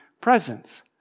presence